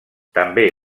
també